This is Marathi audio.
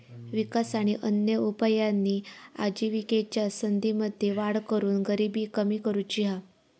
विकास आणि अन्य उपायांनी आजिविकेच्या संधींमध्ये वाढ करून गरिबी कमी करुची हा